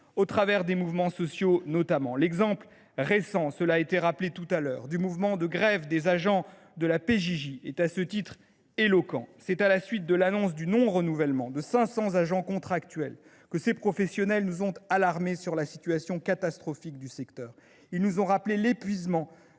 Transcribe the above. au travers des mouvements sociaux. L’exemple récent, déjà mentionné, du mouvement de grève des agents de la PJJ est à cet égard éloquent. C’est à la suite de l’annonce du non renouvellement de 500 agents contractuels que ces professionnels nous ont alarmés sur la situation catastrophique du secteur. Ils nous ont rappelé l’épuisement